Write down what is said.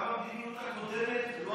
גם המדיניות הקודמת לא הייתה מאה אחוז.